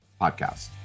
Podcast